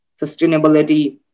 sustainability